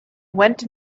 went